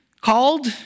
called